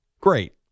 Great